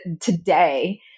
today